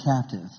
captive